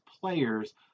players